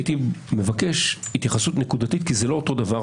הייתי מבקש התייחסות נקודתית כי זה לא אותו הדבר,